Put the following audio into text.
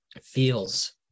feels